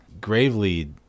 gravely